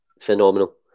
phenomenal